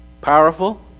powerful